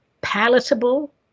palatable